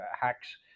hacks